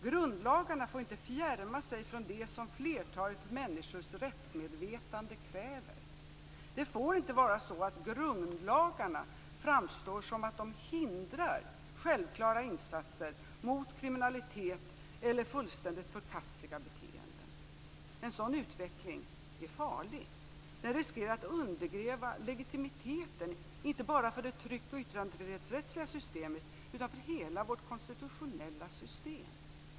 Grundlagarna får inte fjärma sig från det som flertalet människors rättsmedvetande kräver. Det får inte vara så att grundlagarna framstår som att de hindrar självklara insatser mot kriminalitet eller fullständigt förkastliga beteenden. En sådan utveckling är farlig. Den riskerar att undergräva legitimiteten inte bara för det tryck och yttrandefrihetsrättsliga systemet utan för hela vårt konstitutionella system.